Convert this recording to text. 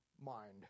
mind